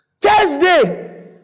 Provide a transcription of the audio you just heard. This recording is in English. Thursday